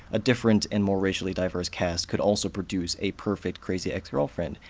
a different and more racially diverse cast could also produce a perfect crazy ex-girlfriend.